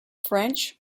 french